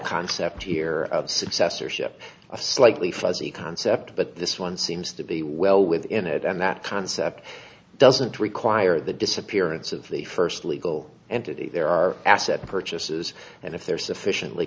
concept here of successorship a slightly fuzzy concept but this one seems to be well within it and that concept doesn't require the disappearance of the first legal entity there are asset purchases and if they're sufficiently